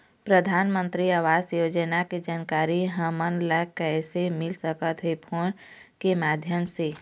परधानमंतरी आवास योजना के जानकारी हमन ला कइसे मिल सकत हे, फोन के माध्यम से?